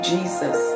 Jesus